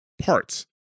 parts